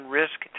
risk